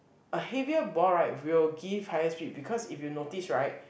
a heavier ball right will give higher speed because if you notice right